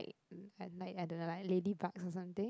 mm like like I don't know like ladybugs or something